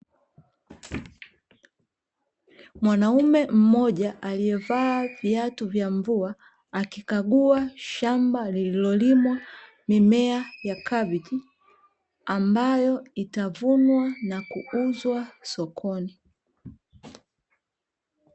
Mwanaume mmoja aliyevaa viatu vya mvua, akikagua shamba lililolimwa mimea ya kabeji, ambayo itavunwa na kuuzwa sokoni.